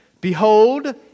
Behold